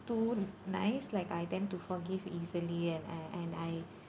too nice like I tend to forgive easily and and and I